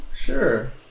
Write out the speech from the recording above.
sure